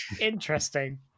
interesting